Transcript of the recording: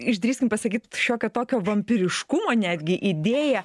išdrįskim pasakyti šiokio tokio vampyriškumo netgi idėja